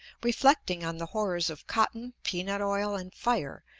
reflecting on the horrors of cotton, peanut-oil, and fire,